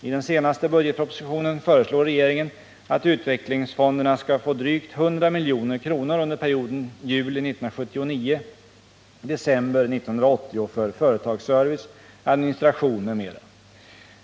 I den senaste budgetpropositionen föreslår regeringen att utvecklingsfonderna skall få drygt 100 milj.kr. under perioden juli 1979-december 1980 för företagsservice, administration m.m.